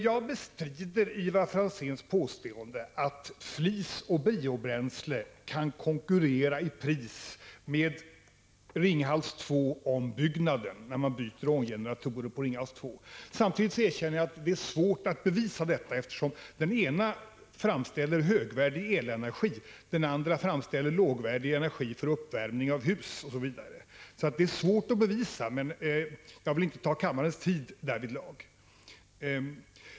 Jag bestrider Ivar Franzéns påstående att flis och biobränslen kan konkurrera i pris med Ringhals 2-ombyggnaden — dvs. utbyte av ånggeneratorer på Ringhals 2. Samtidigt erkänner jag att det är svårt att bevisa detta, eftersom den ena kraftkällan framställer högvärdig elenergi, den andra lågvärdig energi för uppvärmning av hus osv. Det är alltså svårt att bevisa, och jag vill inte ta upp kammarens tid för det ändamålet.